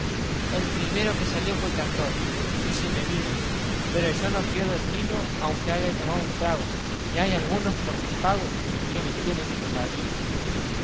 el primero que salió fue el cantor y se me vino pero yo no pierdo el tino aunque haiga tomao un trago y hay algunos por mi pago que me tienen por ladino